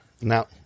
Now